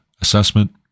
assessment